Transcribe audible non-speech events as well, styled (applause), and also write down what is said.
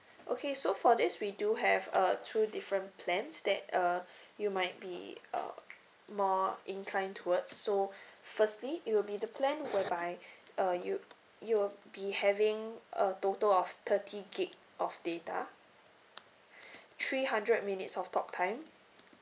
okay so for this we do have uh two different plans that uh (breath) you might be uh more inclined towards so (breath) firstly it will be the plan (noise) whereby uh you you will be having a total of thirty gig of data (breath) three hundred minutes of talktime